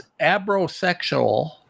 abrosexual